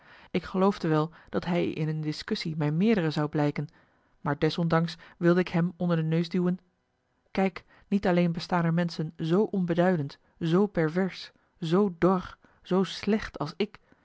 ik geloofde wel dat hij in een discussie mijn meerdere zou blijken maar desondanks wilde ik hem onder de neus duwen kijk niet alleen bestaan er menschen zoo onbeduidend zoo pervers zoo dor zoo slecht als ik